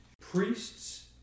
priests